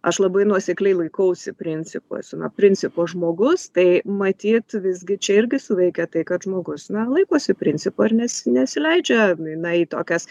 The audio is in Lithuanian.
aš labai nuosekliai laikausi principo esu na principo žmogus tai matyt visgi čia irgi suveikia tai kad žmogus na laikosi principo ir nesi nesileidžia na į tokias